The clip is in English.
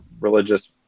religious